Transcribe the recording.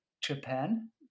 Japan